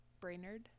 brainerd